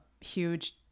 huge